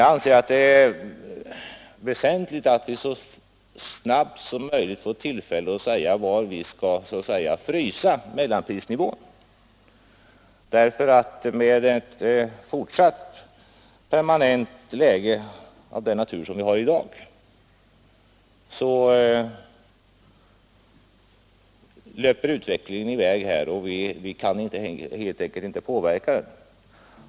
Jag anser att det är väsentligt att vi så snabbt som möjligt får tillfälle att bedöma var vi skall ”frysa” mellanprisnivån, därför att med ett fortsatt permanent prisstopp av den natur som vi har i dag löper utvecklingen i väg och vi kan helt enkelt inte påverka den.